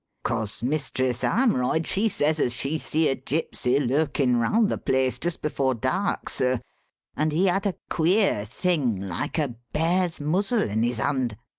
cause mistress armroyd she says as she see a gypsy lurkin round the place just before dark, sir and he had a queer thing like a bear's muzzle in his hand.